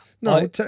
no